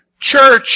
Church